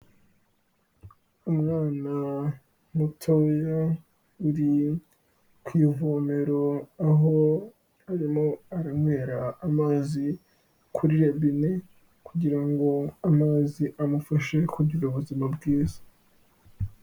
Umwana mutoya uri ku ivomero, aho arimo anywera amazi kuri robene, kugira ngo amazi amufashe kugira ubuzima bwiza.